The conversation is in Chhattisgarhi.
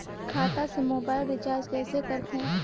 खाता से मोबाइल रिचार्ज कइसे करथे